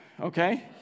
okay